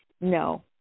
No